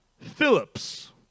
Phillips